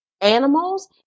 animals